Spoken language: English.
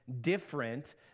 different